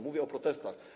Mówię o protestach.